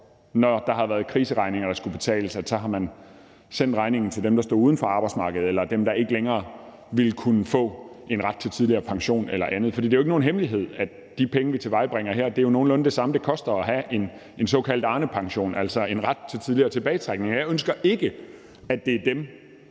når der har været kriseregninger, der skulle betales, at sende regningen til dem, der stod uden for arbejdsmarkedet, eller dem, der ikke længere ville kunne have ret til tidligere pension eller andet. For det er ikke nogen hemmelighed, at de penge, vi tilvejebringer her, jo dækker nogenlunde det samme, som det koster at have en såkaldt Arnepension, altså en ret til tidligere tilbagetrækning, og jeg ønsker ikke, at det er dem